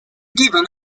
given